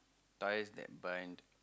ties that bind